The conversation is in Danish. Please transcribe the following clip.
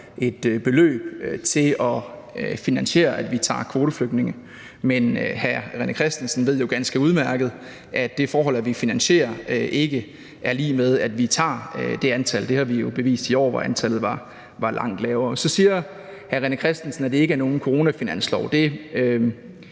et beløb til at finansiere, at vi tager kvoteflygtninge, men hr. René Christensen ved jo ganske udmærket, at det forhold, at vi finansierer, ikke er lig med, at vi tager det antal. Det har vi jo bevist i år, hvor antallet var langt lavere. Så siger hr. René Christensen, at det ikke er nogen coronafinanslov.